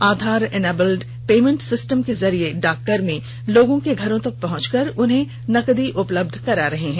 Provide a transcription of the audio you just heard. आधार enabled payment system के जरिए डाक कर्मी लोगों के घरों तक पहुंच कर उन्हें नकदी उपलब्ध करा रहे हैं